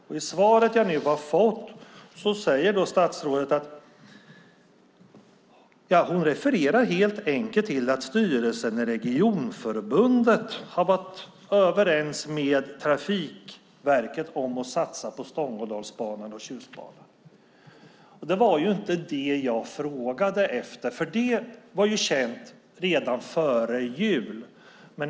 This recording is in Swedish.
I det svar jag nu fick från statsrådet refererade hon till att styrelsen i Regionförbundet har varit överens med Trafikverket om att satsa på Stångådalsbanan och Tjustbanan. Det var inte det jag frågade efter. Det var känt redan före jul.